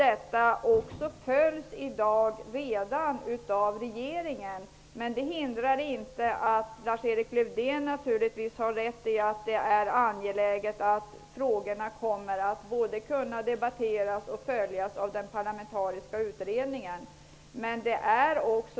Detta arbete följs redan i dag av regeringen, men Lars-Erik Lövdén har naturligtvis ändå rätt i att det är angeläget att frågorna kommer att kunna debatteras och följas av den parlamentariska utredningen.